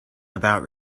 about